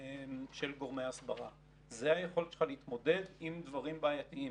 ההסברה היא כלי להשגת המטרות המדיניות.